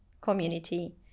community